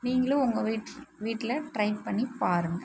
நீங்களும் உங்கள் வீட் வீட்டில் ட்ரை பண்ணி பாருங்கள்